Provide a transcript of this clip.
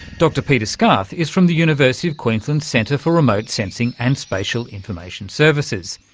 dr peter scarth is from the university of queensland's centre for remote sensing and spatial information services,